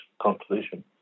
conclusion